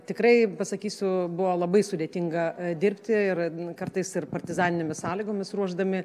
tikrai pasakysiu buvo labai sudėtinga dirbti ir kartais ir partizaninėmis sąlygomis ruošdami